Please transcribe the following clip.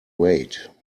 wait